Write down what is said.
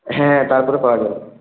হ্যাঁ তারপরে পাওয়া যাবে